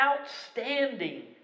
outstanding